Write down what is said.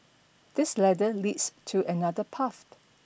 this ladder leads to another path